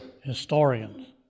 historians